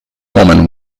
women